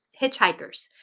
hitchhikers